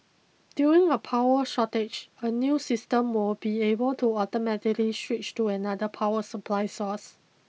during a power shortage the new system will be able to automatically switch to another power supply source